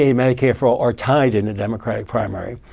ah medicare for all, are tied in the democratic primary.